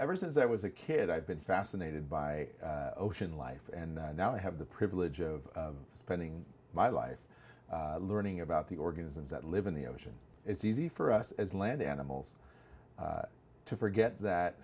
ever since i was a kid i've been fascinated by ocean life and now i have the privilege of spending my life learning about the organisms that live in the ocean it's easy for us as land animals to forget that